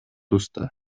уста